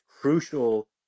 crucial